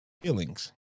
feelings